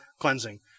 cleansing